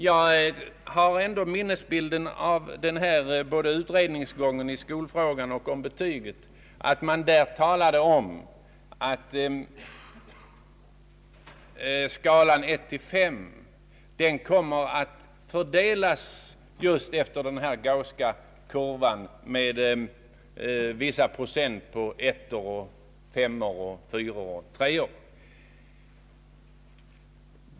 Jag har från utredningsstadiet en minnesbild av att man när det gällde betygen talade om att skalan 1— 5 skulle komma att fördelas just efter den gausska kurvan, d.v.s. med vissa procent på ettor, tvåor o.s.v.